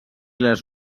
les